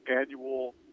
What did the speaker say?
annual